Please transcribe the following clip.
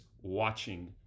watching